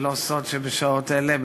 זה לא סוד שבשעות אלה,